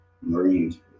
marines